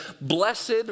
blessed